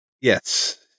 yes